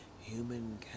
Human